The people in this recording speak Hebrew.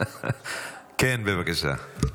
בבקשה.